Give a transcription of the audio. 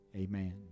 Amen